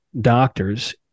doctors